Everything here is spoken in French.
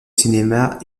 cinéma